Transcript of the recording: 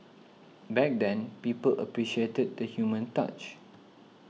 back then people appreciated the human touch